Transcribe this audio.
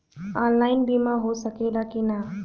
Online बीमा हो सकेला की ना?